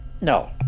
no